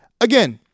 again